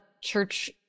church